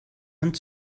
hand